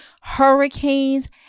hurricanes